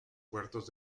puertos